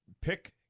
pick